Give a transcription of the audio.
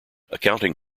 accounting